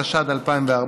התשע"ד 2014,